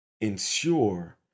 ensure